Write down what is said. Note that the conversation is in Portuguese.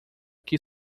que